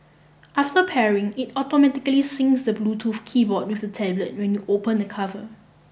after pairing it automatically syncs the Bluetooth keyboard with the tablet when you open the cover